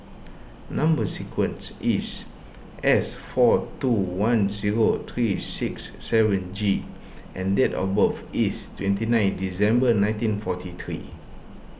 Number Sequence is S four two one zero three six seven G and date of birth is twenty nine December nineteen forty three